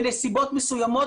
בנסיבות מסוימות,